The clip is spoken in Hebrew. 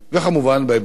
וכמובן בהיבט התקציבי.